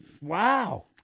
wow